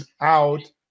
out